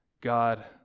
God